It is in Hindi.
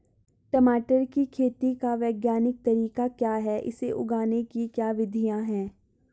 टमाटर की खेती का वैज्ञानिक तरीका क्या है इसे उगाने की क्या विधियाँ हैं?